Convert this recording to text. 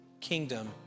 kingdom